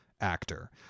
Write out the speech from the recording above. actor